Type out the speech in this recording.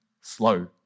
slow